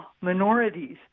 minorities